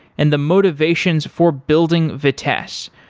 and the motivations for building vitess.